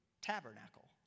tabernacle